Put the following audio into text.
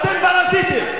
אתם פרזיטים.